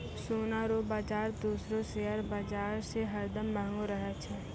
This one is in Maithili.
सोना रो बाजार दूसरो शेयर बाजार से हरदम महंगो रहै छै